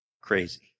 crazy